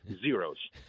Zeros